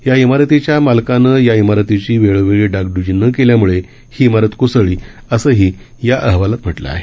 या इमारतीच्या मालकानं या इमारतीची वेळोवेळी शागप्जी न केल्यामुळे ही इमरात कोसळली असंही या अहवालात म्हटलं आहे